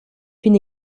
une